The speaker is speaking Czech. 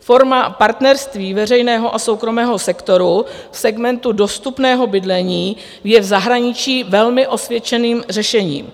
Forma partnerství veřejného a soukromého sektoru v segmentu dostupného bydlení je v zahraničí velmi osvědčeným řešením.